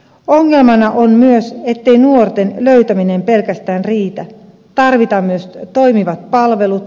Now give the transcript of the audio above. ongelmana on myös ettei nuorten löytäminen pelkästään riitä tarvitaan myös toimivat palvelut